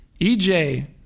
EJ